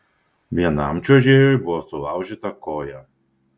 vienam čiuožėjui buvo sulaužyta koja